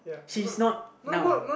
she's not now